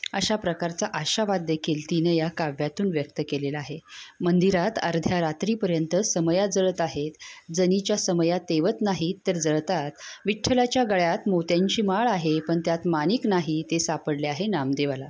अशा प्रकारचा आशावाद देखील तिने या काव्यातून व्यक्त केलेला आहे मंदिरात अर्ध्या रात्रीपर्यंत समया जळत आहेत जनीच्या समया तेवत नाहीत तर जळतात विठ्ठलाच्या गळ्यात मोत्यांशी माळ आहे पण त्यात माणिक नाही ते सापडले आहे नामदेवाला